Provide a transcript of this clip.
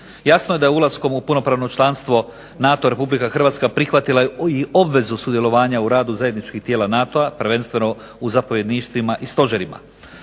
jasno je da je ulaskom u punopravno članstvo NATO-a RH prihvatila i obvezu sudjelovanja u radu zajedničkih tijela NATO-a prvenstveno u zapovjedništvima i stožerima.